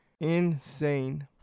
Insane